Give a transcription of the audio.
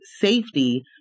safety